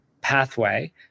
pathway